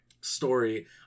story